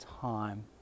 time